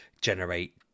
generate